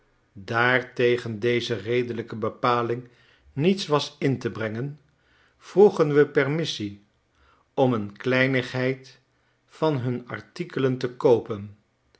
daar tegen deze redelijke bepaling niets was in te brengen vroegen we permissie om een kleinigheid van hun artikelen te koopen